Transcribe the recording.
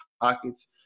pockets